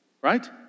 right